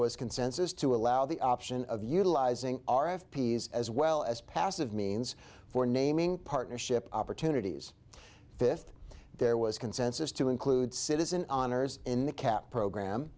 was consensus to allow the option of utilizing our f p s as well as passive means for naming partnership opportunities fifth there was consensus to include citizen honors in the cap program